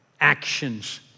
actions